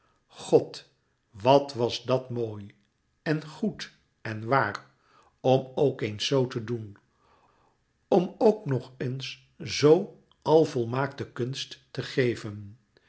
god wat was dat mooi en goed en waar om ook eens zoo te doen om ook nog eens zoo alvolmaakte kunst te geven